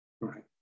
Right